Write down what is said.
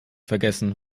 vergessen